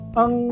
ang